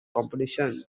competition